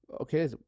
okay